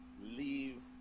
Leave